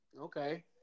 Okay